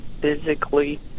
physically